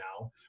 now